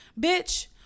bitch